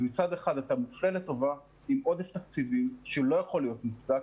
אז מצד אחד אתה מופלה לטובה עם עודף תקציבים שלא יכול להיות מוצדק,